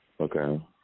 okay